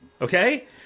Okay